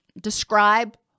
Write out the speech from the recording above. describe